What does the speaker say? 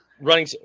Running